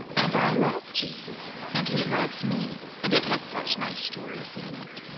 and i love jesus, and he loves me. and it has such nice stories in it.